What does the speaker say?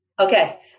Okay